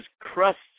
crusts